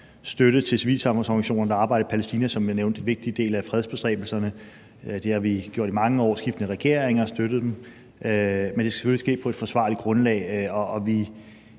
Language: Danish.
støtte til civilsamfundsorganisationer, der arbejder i Palæstina, som jeg nævnte, som en vigtig del af fredsbestræbelserne. Det har vi gjort i mange år, og skiftende regeringer har støttet dem, men det skal selvfølgelig ske på et forsvarligt grundlag,